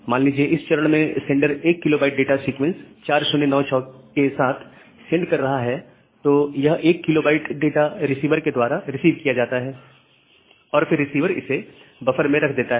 मान लीजिए इस चरण में sender 1 KB data sequence number 4096 के साथ सेंड कर रहा है तो यह 1 KB डाटा रिसीवर के द्वारा रिसीव किया जाता है और फिर रिसीवर इसे बफर में रख देता है